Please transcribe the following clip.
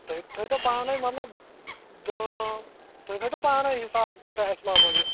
تُہۍ تھٲے تو پانَے مطلب دہ تُہۍ تھٲے تو پانَے حِساب کوٗتاہ آسہِ لگ بگ یہِ